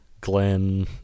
Glenn